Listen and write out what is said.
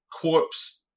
corpse